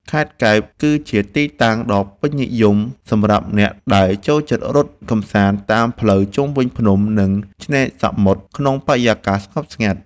ខេត្តកែប គឺជាទីតាំងដ៏ពេញនិយមសម្រាប់អ្នកដែលចូលចិត្តរត់កម្សាន្តតាមផ្លូវជុំវិញភ្នំ និងឆ្នេរសមុទ្រក្នុងបរិយាកាសស្ងប់ស្ងាត់។